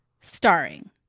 Starring